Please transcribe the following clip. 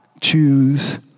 Choose